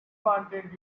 wanted